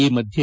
ಈ ಮಧ್ಯೆ